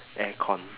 aircon